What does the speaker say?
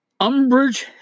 Umbridge